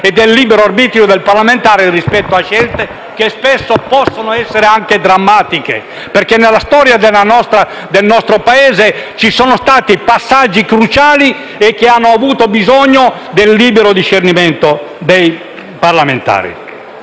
e del libero arbitrio del parlamentare rispetto a scelte che spesso possono anche essere drammatiche, perché nella storia del nostro Paese ci sono stati passaggi cruciali che hanno avuto bisogna del libero discernimento dei parlamentari.